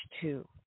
two